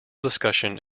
discussion